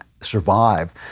survive